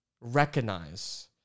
recognize